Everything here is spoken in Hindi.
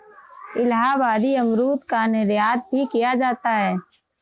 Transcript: इलाहाबादी अमरूद का निर्यात भी किया जाता है